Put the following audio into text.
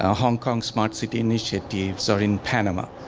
ah hong kong smart city initiatives are in panama.